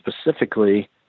specifically